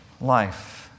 life